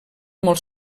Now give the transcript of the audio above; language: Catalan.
molt